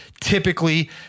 Typically